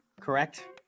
Correct